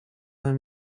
her